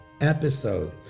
episode